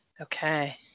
Okay